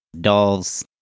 dolls